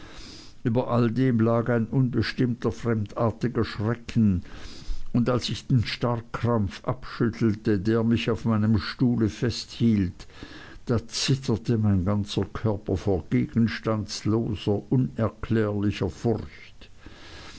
über all dem lag ein unbestimmter fremdartiger schrecken und als ich den starrkrampf abschüttelte der mich auf meinem stuhle festhielt da zitterte mein ganzer körper vor gegenstandsloser unerklärlicher furcht